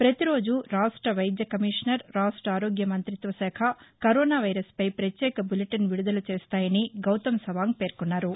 ప్రతిరోజూ రాష్ట్ర వైద్య కమిషనర్ రాష్ట్ర ఆరోగ్య మంతిత్వ శాఖ కరోనా వైరస్పై ప్రత్యేక బులెటెన్ విడుదల చేస్తాయని గౌతం సవాంగ్ పేర్కొన్నారు